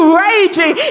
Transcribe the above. raging